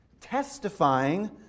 testifying